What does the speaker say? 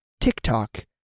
tiktok